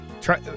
Try